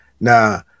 Now